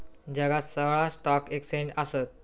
जगात सोळा stock exchange आसत